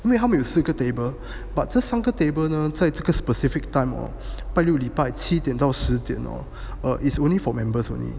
因为他们有四个 table but 这三个 table 呢在这个 specific time hor 拜六礼拜七点到十点 hor is only for members only